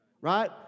right